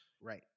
Right